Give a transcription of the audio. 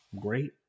Great